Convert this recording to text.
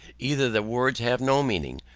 either the words have no meaning,